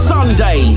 Sunday